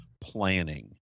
planning